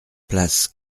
place